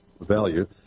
value